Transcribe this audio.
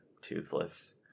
toothless